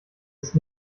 ist